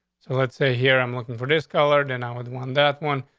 so let's say here i'm looking for this color than i with one. that one.